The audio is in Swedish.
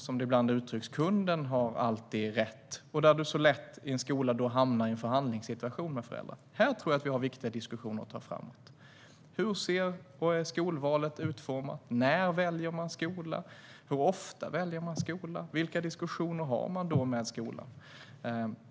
Som det uttrycks ibland har kunden alltid rätt, och i en skola hamnar man då lätt i en förhandlingssituation med föräldrarna. Här tror jag att vi har viktiga diskussioner att ta framöver. Hur är skolvalet utformat? När väljer man skola? Hur ofta väljer man skola? Vilka diskussioner har man med skolan?